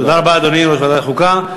תודה רבה, אדוני, יושב-ראש ועדת החוקה.